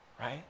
Right